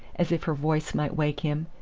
as if her voice might wake him.